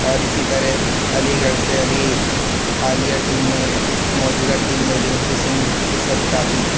اور اسی طرح علی گڑھ سے ابھی حالیہ ٹیم میں موجودہ ٹیم میں رنکو سنگھ اس وقت کافی